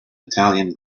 italian